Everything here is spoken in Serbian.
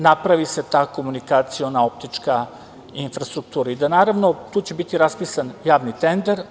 Napravi se ta komunikaciona optička infrastruktura i naravno tu će biti raspisan javni tender.